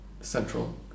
Central